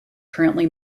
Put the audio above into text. currently